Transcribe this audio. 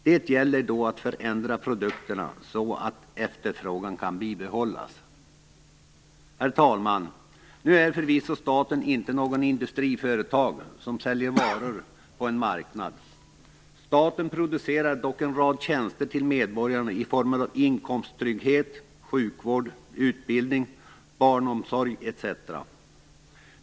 Det gäller då att förändra produkterna så att efterfrågan kan bibehållas. Herr talman! Nu är förvisso staten inte något industriföretag som säljer varor på en marknad. Staten producerar dock en rad tjänster till medborgarna i form av inkomsttrygghet, sjukvård, utbildning, barnomsorg, etc.